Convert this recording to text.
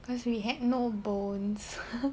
cause we had no bones